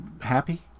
Happy